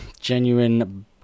Genuine